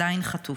עדיין חטוף.